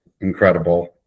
incredible